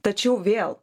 tačiau vėl